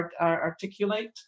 Articulate